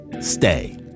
stay